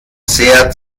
sehr